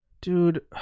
Dude